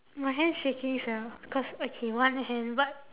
my hand shaking sia cause okay one hand but